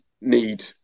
need